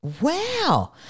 Wow